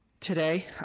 today